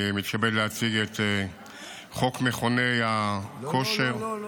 אני מתכבד להציג את חוק מכוני הכושר --- לא,